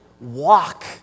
walk